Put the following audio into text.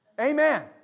Amen